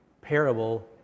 parable